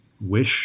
wish